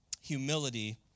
Humility